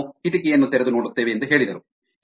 ನಂತರ ನಾವು ಕಿಟಕಿಯನ್ನು ತೆರೆದು ನೋಡುತ್ತೇವೆ ಎಂದು ಹೇಳಿದರು